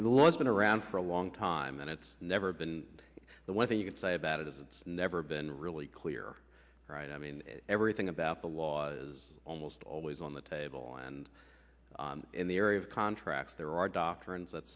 was been around for a long time and it's never been the one thing you can say about it it's never been really clear right i mean everything about the laws almost always on the table and in the area of contracts there are doctrines that